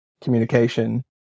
communication